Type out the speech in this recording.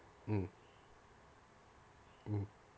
mm mm